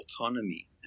autonomy